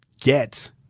get